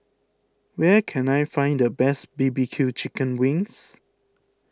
where can I find the best B B Q Chicken Wings